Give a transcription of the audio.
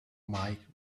mike